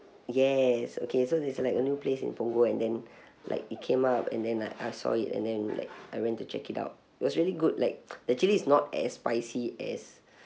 yes okay so there's like a new place in punggol and then like it came up and then I I saw it and then like I went to check it out it was really good like the chilli is not as spicy as